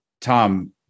Tom